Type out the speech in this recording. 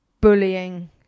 bullying